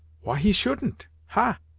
why he shouldn't ha?